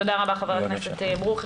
תודה רבה, חבר הכנסת ברוכי.